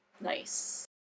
Nice